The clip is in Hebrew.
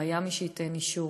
לא היה מי שייתן אישור.